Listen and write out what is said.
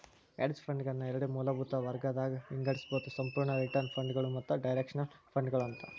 hedge ಫಂಡ್ಗಳನ್ನ ಎರಡ್ ಮೂಲಭೂತ ವರ್ಗಗದಾಗ್ ವಿಂಗಡಿಸ್ಬೊದು ಸಂಪೂರ್ಣ ರಿಟರ್ನ್ ಫಂಡ್ಗಳು ಮತ್ತ ಡೈರೆಕ್ಷನಲ್ ಫಂಡ್ಗಳು ಅಂತ